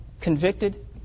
convicted